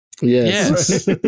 Yes